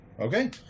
Okay